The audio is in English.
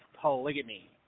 polygamy